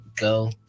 go